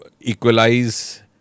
equalize